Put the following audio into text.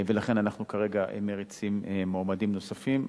ולכן אנחנו כרגע מריצים מועמדים נוספים.